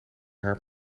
haar